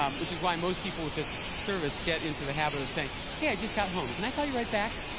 um which is why most people with this service get into the habit of saying, hey, i just got home. can i call you right back?